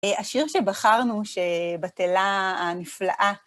השיר שבחרנו, שבתלה הנפלאה,